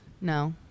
no